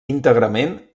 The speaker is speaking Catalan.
íntegrament